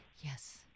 Yes